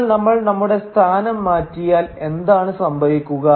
എന്നാൽ നമ്മൾ നമ്മുടെ സ്ഥാനം മാറ്റിയാൽ എന്താണ് സംഭവിക്കുക